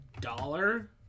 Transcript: dollar